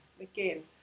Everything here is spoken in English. again